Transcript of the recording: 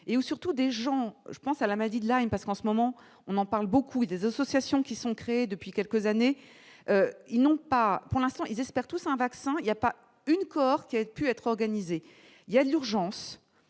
et où surtout des gens, je pense à la magie de la une, parce qu'en ce moment, on en parle beaucoup des os aussi à Sion, qui sont créés depuis quelques années, ils n'ont pas pour l'instant ils espèrent tous un vaccin, il y a pas une Corse qui a pu être organisé il y a urgence,